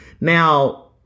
Now